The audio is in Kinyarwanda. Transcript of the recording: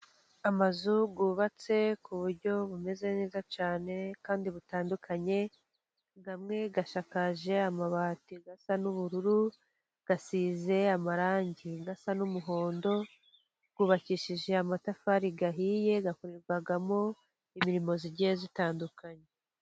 Amazu yubatse ku buryo bumeze neza cyane kandi butandukanye, amwe asakaje amabati asa n'ubururu, asize amarangi asa n'umuhondo, yubakishije amatafari ahiye, akorerwamo imirimo igiye itandukanye.